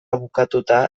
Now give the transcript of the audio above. bukatuta